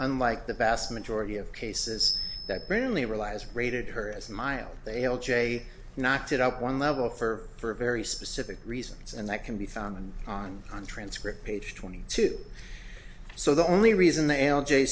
unlike the vast majority of cases that barely realize rated her as mild they l j knocked it up one level for for a very specific reasons and that can be found on on transcript page twenty two so the only reason the l j